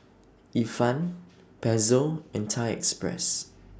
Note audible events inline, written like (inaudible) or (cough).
(noise) Ifan Pezzo and Thai Express